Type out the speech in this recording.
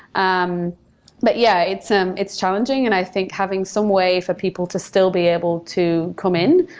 um but yeah, it's um it's challenging, and i think having some way for people to still be able to come in.